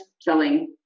selling